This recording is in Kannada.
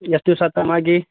ಎಷ್ಟು ದಿವಸ ಆತಮ್ಮ ಆಗಿ